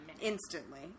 instantly